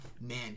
man